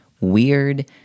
weird